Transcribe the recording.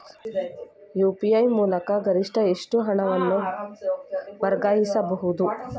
UPI ಮೂಲಕ ಗರಿಷ್ಠ ಎಷ್ಟು ಹಣವನ್ನು ವರ್ಗಾಯಿಸಬಹುದು?